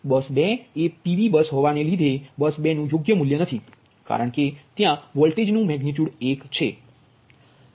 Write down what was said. બસ 2 એ PV હોવાથી તે બસ 2 નું યોગ્ય મૂલ્ય નથી કારણ કે ત્યા વોલ્ટેજનુ મેગનિટ્યુડ એક છે